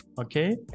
Okay